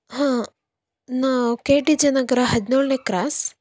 ಹಾಂ ನಾವು K T J Nagar ಹದಿನೇಳನೇ ಕ್ರಾಸ್